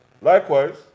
Likewise